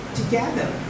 together